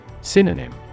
Synonym